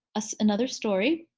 us another story.